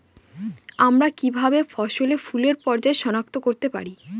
আমরা কিভাবে ফসলে ফুলের পর্যায় সনাক্ত করতে পারি?